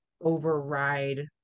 override